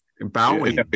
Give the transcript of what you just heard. bowing